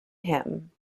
him